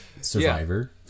survivor